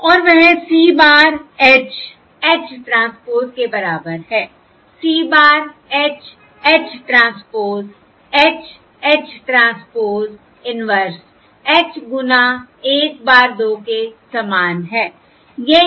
और वह C bar H H transpose के बराबर है C bar H H transpose H H transpose inverse H गुना 1 bar 2 के समान है